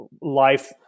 life